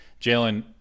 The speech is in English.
jalen